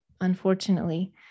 unfortunately